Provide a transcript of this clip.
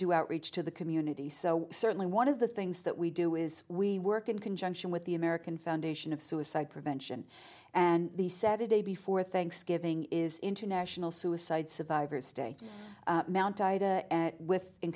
do outreach to the community so certainly one of the things that we do is we work in conjunction with the american foundation of suicide prevention and the saturday before thanksgiving is international suicide survivors day